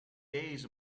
days